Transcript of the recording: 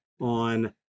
on